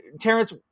terrence